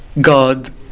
God